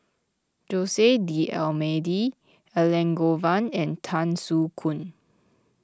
Jose D'Almeida Elangovan and Tan Soo Khoon